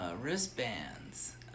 wristbands